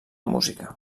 música